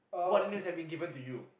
what nicknames have been given to you